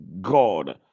God